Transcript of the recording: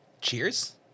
Cheers